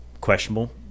questionable